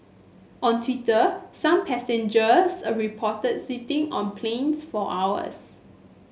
on Twitter some passengers reported sitting on planes for hours